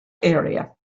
area